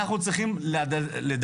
אנחנו צריכים לדעתי,